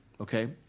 Okay